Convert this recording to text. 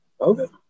Okay